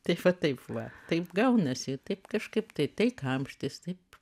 taip va taip va taip gaunasi taip kažkaip tai tai kamštis taip